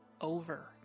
over